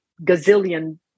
gazillion